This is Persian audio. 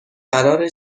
قراره